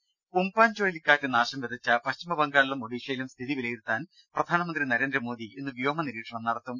രുമ ഉം പാൻ ചുഴലിക്കാറ്റ് നാശംവിതച്ച പശ്ചിമ ബംഗാളിലും ഒഡീഷയിലും സ്ഥിതി വിലയിരുത്താൻ പ്രധാനമന്ത്രി നരേന്ദ്രമോദി ഇന്ന് വ്യോമനിരീക്ഷണം നടത്തും